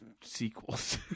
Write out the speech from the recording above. sequels